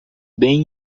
bem